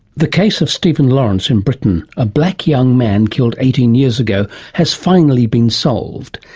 the case of stephen lawrence in britain, a black young man killed eighteen years ago, has finally been solved.